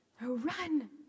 Run